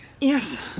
Yes